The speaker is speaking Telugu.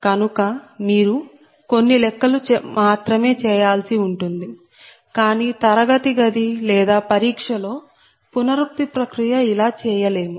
కనుక మీరు కొన్ని లెక్కలు మాత్రమే చేయాల్సి ఉంటుంది కానీ తరగతిగది లేదా పరీక్ష లో పునరుక్తి ప్రక్రియ ఇలా చేయలేము